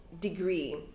degree